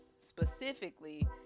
specifically